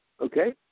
Okay